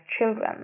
Children